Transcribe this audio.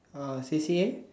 uh C_C_A